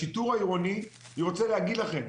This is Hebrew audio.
אני רוצה להגיד לכם,